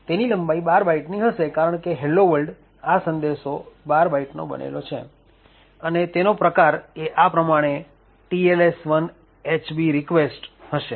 તેની લંબાઈ ૧૨ બાઈટની હશે કારણકે "Hello World" આ સંદેશો ૧૨ બાઈટનો બનેલો છે અને તેનો પ્રકાર એ આ પ્રમાણે TLS1 HB REQUEST હશે